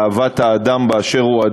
לאהבת האדם באשר הוא,